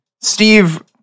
Steve